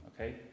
Okay